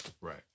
Right